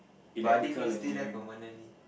but are they going to stay there permanently